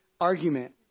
argument